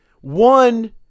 one